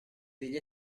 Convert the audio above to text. degli